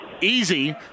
Easy